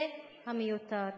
זה המיותר.